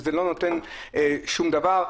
וזה לא נותן שום דבר.